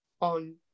on